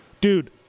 dude